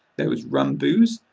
there was rum booze,